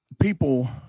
people